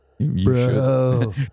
Bro